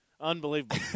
unbelievable